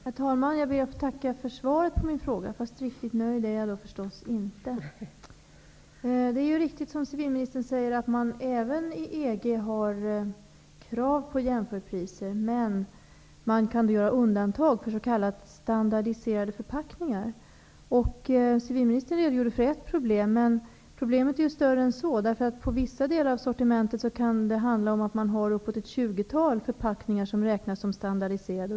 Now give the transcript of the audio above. Herr talman! Jag ber att få tacka för svaret på min fråga, men riktigt nöjd är jag förstås inte. Det är riktigt som civilministern säger, att det även i EG finns krav på jämförpriser, men att man kan göra undantag för s.k. standardiserade förpackningar. Civilministern redogjorde för ett problem, men problemet är större än så. På vissa delar av sortimentet kan det nämligen handla om ett tjugotal olika förpackningar som räknas som standardiserade.